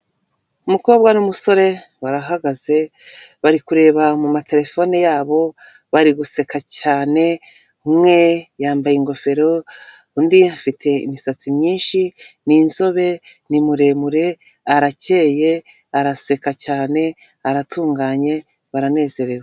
Umukobwa n'umusore barahagaze bari kureba mu matelefone yabo bari guseka cyane umwe yambaye ingofero undi afite imisatsi myinshi ni inzobe, ni muremure, arakeye, araseka cyane aratunganye baranezerewe.